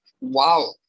wow